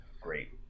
great